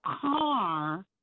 car